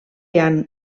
han